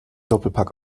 doppelpack